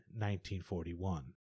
1941